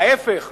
ההיפך,